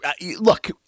Look